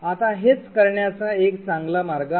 आता हेच करण्याचा एक चांगला मार्ग आहे